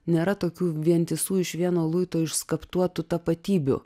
nėra tokių vientisų iš vieno luito išskaptuotų tapatybių